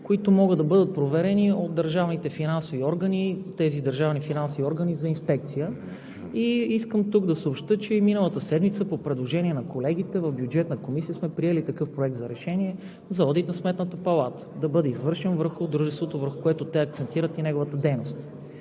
които могат да бъдат проверени от държавните финансови органи за инспекция. И тук искам да съобщя, че миналата седмица по предложение на колегите в Бюджетната комисия сме приели такъв Проект за решение за одит на Сметната палата, който да бъде извършен върху дружеството, в което да акцентират и неговата дейност.